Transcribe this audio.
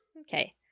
Okay